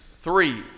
three